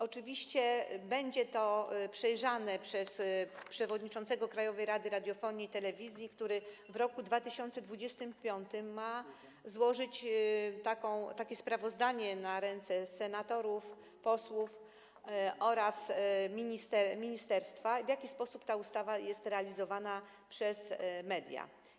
Oczywiście będzie to przejrzane przez przewodniczącego Krajowej Rady Radiofonii i Telewizji, który w roku 2025 ma złożyć sprawozdanie na ręce senatorów, posłów oraz ministerstwa, w jaki sposób ta ustawa jest realizowana przez media.